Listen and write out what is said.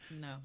No